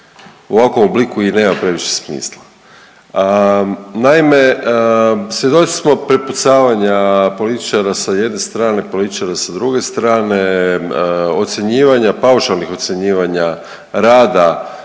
u ovakvom obliku i nema previše smisla. Naime, svjedoci smo prepucavanja političara sa jedne strane, političara sa druge strane, ocjenjivanja,